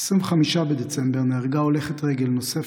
ב-25 בדצמבר נהרגה הולכת רגל נוספת,